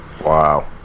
Wow